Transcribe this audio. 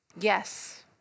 Yes